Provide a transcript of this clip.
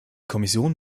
kommission